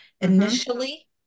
initially